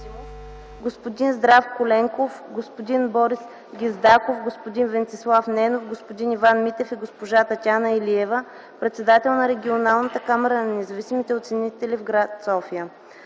господин Здравко Ленков, господин Борис Гиздаков, Господин Венцислав Ненов, господин Иван Митев и госпожа Татяна Илева – председател на Регионална камара на независимите оценители в гр. София.